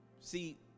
See